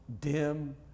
dim